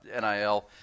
NIL